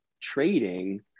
trading